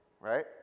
right